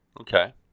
Okay